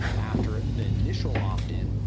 after the initial opt-in,